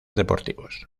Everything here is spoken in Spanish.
deportivos